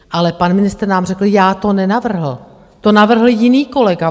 Ale pan ministr nám řekl: Já to nenavrhl, to navrhl jiný vládní kolega.